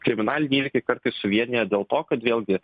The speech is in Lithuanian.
kriminalinių įvykiai kartais suvienija dėl to kad vėlgi